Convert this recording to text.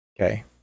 Okay